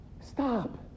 Stop